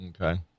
Okay